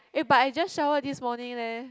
eh but I just showered this morning leh